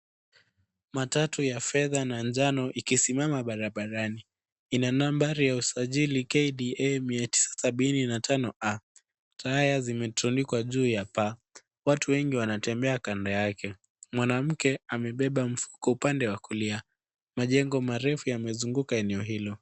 Matatu ya fedha na njano ikisimama barabarani, ina namba ya usajili KBA 970A , taya zimetandikwa juu ya paa, watu wengi wanatembea juu yake. Mwanamke amebeba mfuko upande wa kulia, majengo marefu yamezunguka eneo hilo.